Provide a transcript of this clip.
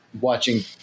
watching